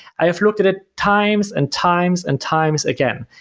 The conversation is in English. i have looked at it times and times and times again.